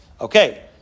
Okay